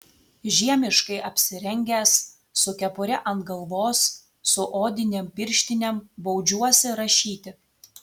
žiemiškai apsirengęs su kepure ant galvos su odinėm pirštinėm baudžiuosi rašyti